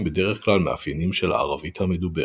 בדרך כלל מאפיינים של הערבית המדוברת.